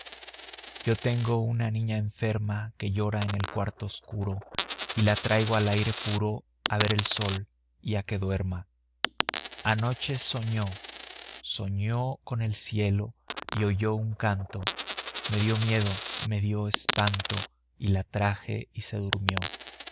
yo tengo una niña enferma que llora en el cuarto oscuro y la traigo al aire puro a ver el sol y a que duerma anoche soñó soñó con el cielo y oyó un canto me dio miedo me dio espanto y la traje y se durmió